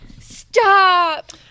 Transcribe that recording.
Stop